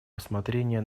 рассмотрения